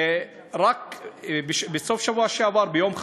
רק בסוף השבוע שעבר, ביום חמישי,